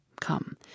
Come